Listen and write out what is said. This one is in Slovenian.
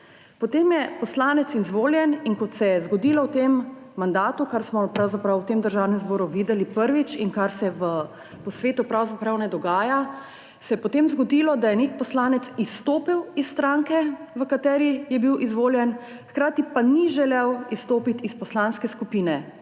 Potem je poslanec izvoljen in kot se je zgodilo v tem mandatu, kar smo v tem državnem zboru videli prvič in kar se v svetu pravzaprav ne dogaja, se je potem zgodilo, da je nek poslanec izstopil iz stranke, v kateri je bil izvoljen, hkrati pa ni želel izstopiti iz poslanske skupine